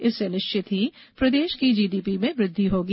इससे निश्चित ही प्रदेश की जीडीपी में वृद्धि होगी